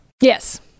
yes